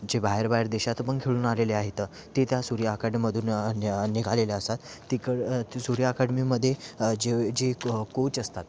जे बाहेर बाहेर देशात पण खेळून आलेले आहेत ते त्या सूर्या अकॅडेमीमधून निघालेले असतात तिकडं ती सूर्या अकॅडेमीमध्ये जे जे कोच असतात